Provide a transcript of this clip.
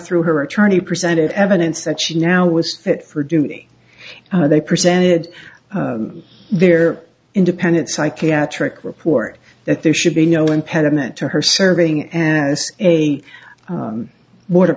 through her attorney presented evidence that she now was fit for duty they presented their independent psychiatric report that there should be no impediment to her serving as a border